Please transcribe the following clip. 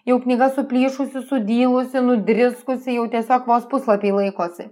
jau knyga suplyšusi sudylusi nudriskusi jau tiesiog vos puslapiai laikosi